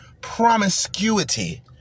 promiscuity